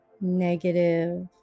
negative